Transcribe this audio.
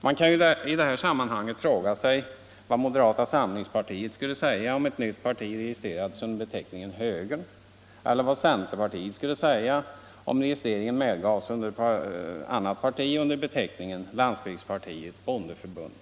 Man kan i detta sammanhang fråga sig vad moderata samlingspartiet skulle säga, om ett nytt parti registrerades under beteckningen högern, Nr 10 SIE vad centerpartiet skulle säga, om registrering medgavs av annat Torsdagen den parti under beteckningen landsbygdspartiet bondeförbundet.